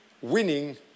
Winning